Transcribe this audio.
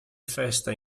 festa